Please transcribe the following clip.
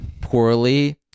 poorly